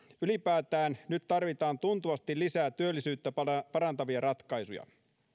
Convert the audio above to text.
ylipäätään nyt tarvitaan tuntuvasti lisää työllisyyttä parantavia ratkaisuja